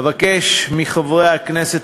אבקש מחברי הכנסת,